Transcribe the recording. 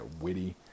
witty